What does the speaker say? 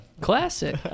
classic